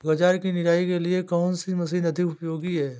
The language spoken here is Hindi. गाजर की निराई के लिए कौन सी मशीन अधिक उपयोगी है?